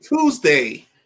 Tuesday